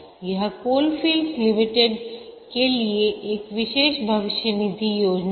यह coalfields limited के लिए एक विशेष भविष्य निधि योजना है